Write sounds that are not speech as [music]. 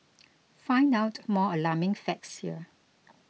[noise] find out more alarming facts here